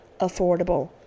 affordable